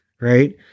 right